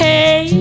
Hey